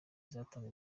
izatanga